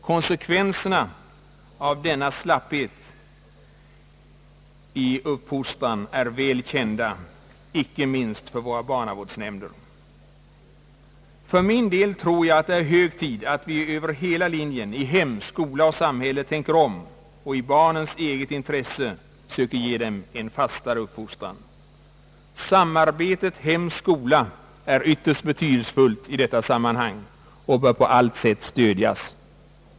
Konsekvenserna av denna slapphet i uppfostran är väl kända, icke minst för våra barnavårdsnämnder. För min del tror jag att det är hög tid att vi över hela linjen, i hem, skola och samhälle, tänker om och i barnens eget intresse söker ge dem en fastare uppfostran. Samarbetet hem—skola är ytterst betydelsefullt i detta sammanhang och bör på allt sätt stödjas.